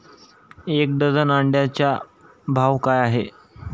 एक डझन अंड्यांचा भाव काय आहे?